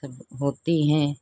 सब हो होती हैं